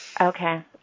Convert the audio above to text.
Okay